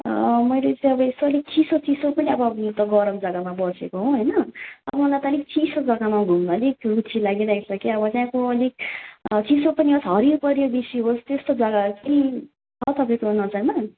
मैले चाहिँ अब यस्तो अलि चिसो चिसो पनि अब गरम जगामा बसेको हो होइन अब मलाई त अलिक चिसो जगामा घुम्नु अलिक रुचि लागिरहेको छ कि अब त्यहाँको अलिक चिसो पनि होस् हरियो परियो बेसी होस् त्यस्तो जगा चाहिँ छ तपाईँको नजरमा